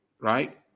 Right